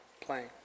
playing